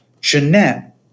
Jeanette